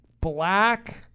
black